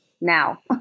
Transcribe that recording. now